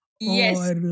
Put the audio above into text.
Yes